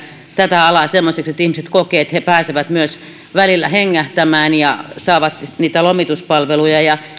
tätä alaa semmoiseksi että ihmiset kokevat että he pääsevät välillä myös hengähtämään ja saavat niitä lomituspalveluja